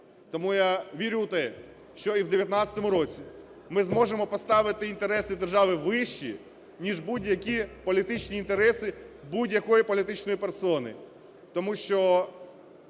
Тому я вірю в те, що і в 19-му році ми зможемо поставити інтереси держави вище ніж будь-які політичні інтереси будь-якої політичної персони.